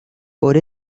por